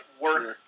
work